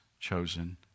chosen